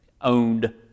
owned